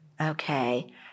okay